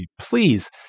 please